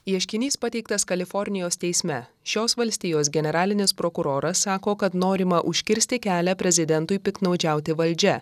ieškinys pateiktas kalifornijos teisme šios valstijos generalinis prokuroras sako kad norima užkirsti kelią prezidentui piktnaudžiauti valdžia